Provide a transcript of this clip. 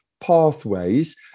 pathways